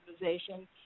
organization